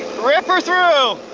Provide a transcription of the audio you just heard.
rip her through!